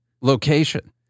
location